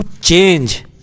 change